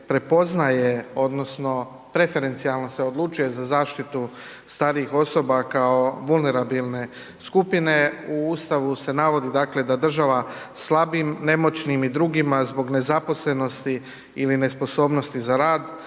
prepoznaje odnosno preferencijalno se odlučuje za zaštitu starijih osoba kao vulnerabilne skupine, u Ustavu se navodi dakle da država slabijim, nemoćnim i drugima zbog nezaposlenosti ili nesposobnosti za rad,